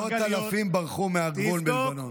מאות אלפי ערבים ברחו מהגבול בלבנון.